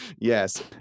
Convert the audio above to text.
Yes